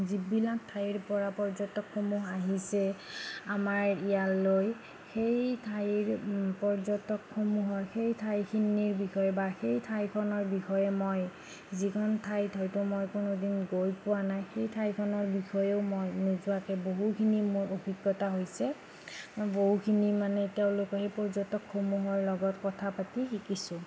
যিবিলাক ঠাইৰ পৰা পৰ্যটকসমূহ আহিছে আমাৰ ইয়ালৈ সেই ঠাইৰ পৰ্যটকসমূহৰ সেই ঠাইখিনিৰ বিষয়ে বা সেই ঠাইখনৰ বিষয়ে মই যিখন ঠাইত হয়তু মই কোনোদিন গৈ পোৱা নাই সেই ঠাইখনৰ বিষয়েও মই নোযোৱাকৈ বহুখিনি মোৰ অভিজ্ঞতা হৈছে মই বহুখিনি মানে তেওঁলোকৰ সেই পৰ্যটকসমূহৰ লগত কথা পাতি শিকিছোঁ